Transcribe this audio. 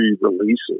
releases